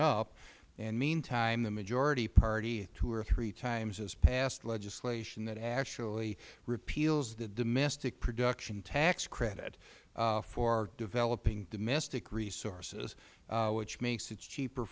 up and meantime the majority party two or three times has passed legislation that actually repeals the domestic production tax credit for developing domestic resources which means it is cheaper